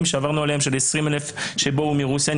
שעברנו עליהם של 20,000 שבאו מרוסיה,